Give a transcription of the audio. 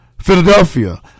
Philadelphia